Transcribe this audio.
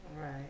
Right